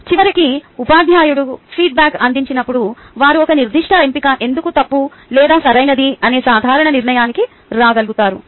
చివరికి ఉపాధ్యాయుడు ఫీడ్బ్యాక్ అందించినప్పుడు వారు ఒక నిర్దిష్ట ఎంపిక ఎందుకు తప్పు లేదా సరైనది అనే సాధారణ నిర్ణయానికి రాగలుగుతారు